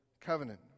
Covenant